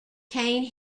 cane